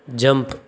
jump